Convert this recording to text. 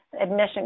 admission